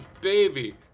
baby